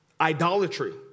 idolatry